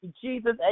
Jesus